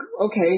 okay